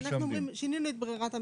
שינינו את ברירת המחדל.